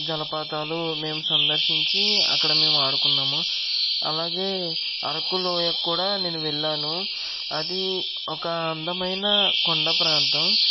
జలపాతాలు మేము సందర్శించి అక్కడ మేము ఆడుకున్నాము అలాగే అరకు లోయకి కూడా నేను వెళ్ళాను అదీ ఒక అందమైన కొండ ప్రాంతం